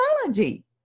technology